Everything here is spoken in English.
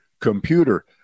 computer